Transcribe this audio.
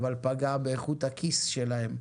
אבל פגע באיכות הכיס שלהם,